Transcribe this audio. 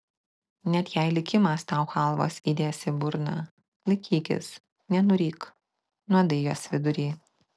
net jei likimas tau chalvos įdės į burną laikykis nenuryk nuodai jos vidury